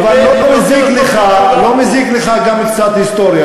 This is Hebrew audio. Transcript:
אבל לא מזיק לך גם קצת היסטוריה,